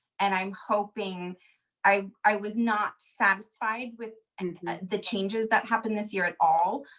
and i'm hoping i i was not satisfied with and the changes that happened this year at all.